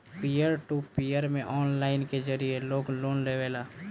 पियर to peer में online के जरिए लोग लोन लेवेला